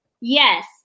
yes